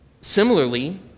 Similarly